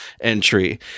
entry